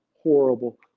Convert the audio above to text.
horrible